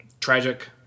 tragic